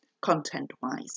content-wise